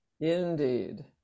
Indeed